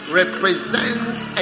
represents